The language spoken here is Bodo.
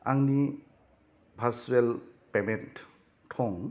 आंनि भारचुवेल पेमेन्ट थं